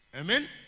Amen